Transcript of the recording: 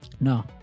No